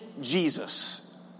Jesus